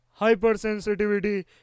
hypersensitivity